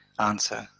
answer